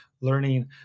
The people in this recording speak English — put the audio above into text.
learning